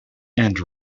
and